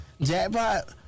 Jackpot